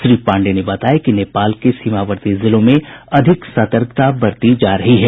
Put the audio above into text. श्री पांडेय ने बताया कि नेपाल के सीमावर्ती जिलों में अधिक सतर्कता बरती जा रही है